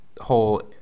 whole